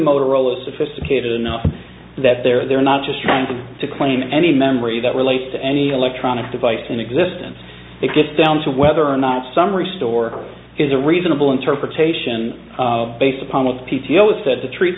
motorola sophisticated enough that they're not just trying to claim any memory that relates to any electronic device in existence it gets down to whether or not some re store is a reasonable interpretation based upon what the p c always said to treat